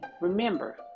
Remember